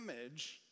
image